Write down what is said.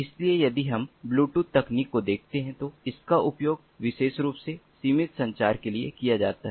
इसलिए यदि हम ब्लूटूथ तकनीक को देखते हैं तो इसका उपयोग विशेष रूप से सीमित संचार के लिए किया जाता है